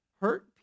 Hurt